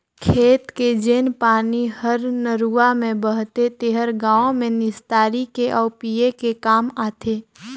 खेत के जेन पानी हर नरूवा में बहथे तेहर गांव में निस्तारी के आउ पिए के काम आथे